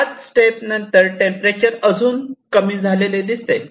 सात स्टेप नंतर टेंपरेचर अजून कमी झालेले दिसेल